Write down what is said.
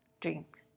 drink